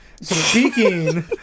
speaking